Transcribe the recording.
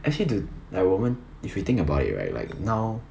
actually do like 我们 if you think about it right like now